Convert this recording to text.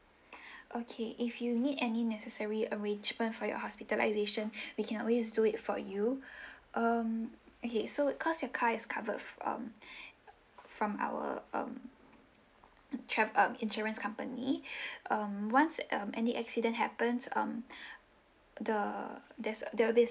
okay if you need any necessary arrangement for your hospitalisation we can always do it for you um okay so cause your car is covered from uh from our um check up insurance company um once um any accident happens um the theres there will be